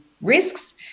risks